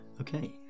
Okay